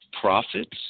profits